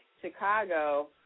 Chicago